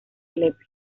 lepe